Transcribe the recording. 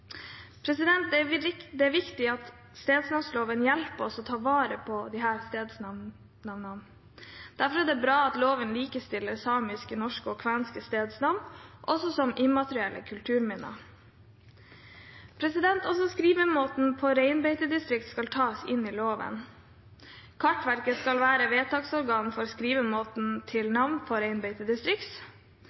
Det er viktig at stedsnavnloven hjelper oss med å ta vare på disse stedsnavnene. Derfor er det bra at loven likestiller samiske, norske og kvenske stedsnavn også som immaterielle kulturminner. Også skrivemåten på reinbeitedistrikt skal tas inn i loven. Kartverket skal være vedtaksorgan for skrivemåten til navn på reinbeitedistrikt,